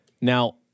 Now